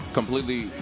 completely